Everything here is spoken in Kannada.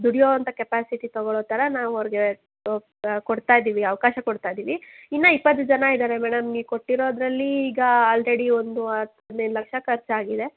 ದುಡಿಯೋ ಅಂಥ ಕ್ಯಾಪಾಸಿಟಿ ತೊಗೋಳ್ಳೊ ಥರ ನಾವು ಅವ್ರಿಗೆ ಕೊಡ್ತಾ ಇದೀವಿ ಅವಕಾಶ ಕೊಡ್ತಾ ಇದೀವಿ ಇನ್ನು ಇಪ್ಪತ್ತು ಜನ ಇದಾರೆ ಮೇಡಮ್ ನೀವು ಕೊಟ್ಟಿರೋದರಲ್ಲೀ ಈಗ ಆಲ್ರೆಡಿ ಒಂದು ಹದಿನೈದು ಲಕ್ಷ ಖರ್ಚ್ ಆಗಿದೆ